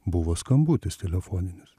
buvo skambutis telefoninis